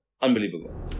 unbelievable